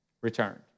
returned